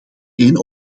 een